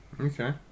Okay